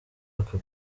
aka